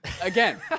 Again